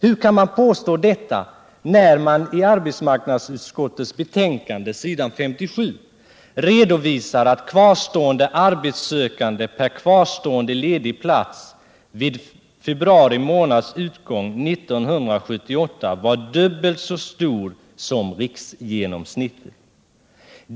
Hur kan man påstå detta när man i arbetsmarknadsutskottets betänkande på Nr 143 s. 57 redovisar att antalet kvarstående arbetssökande per kvarstående ledig plats vid februari månads utgång 1978 där var dubbelt så stort som riksgenomsnittet?